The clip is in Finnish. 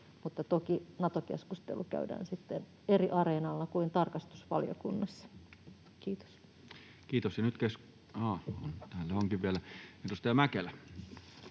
toki Nato-keskustelu käydään sitten eri areenalla kuin tarkastusvaliokunnassa. — Kiitos.